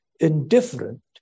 Indifferent